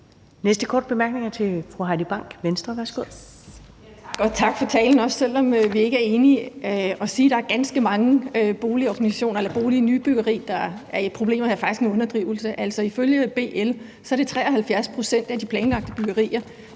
Næste korte bemærkning er til fru Heidi Bank, Venstre. Værsgo. Kl. 19:59 Heidi Bank (V): Tak for talen, også selv om vi ikke er enige. At sige, at der er ganske mange boligorganisationer eller bolignybyggerier, der er i problemer, er faktisk en underdrivelse. Altså, ifølge BL er det 73 pct. af de planlagte byggerier,